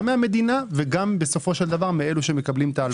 גם מן המדינה וגם בסופו של דבר מאלה שמקבלים את ההלוואות.